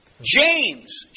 James